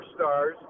superstars